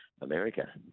America